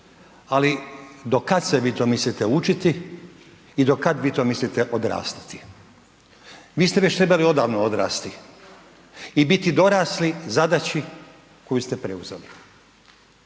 Ali do kad se vi to mislite učiti i do kad vi mislite odrastati? Vi ste već trebali odavno odrasti i biti dorasli zadaći koju ste preuzeli.